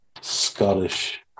Scottish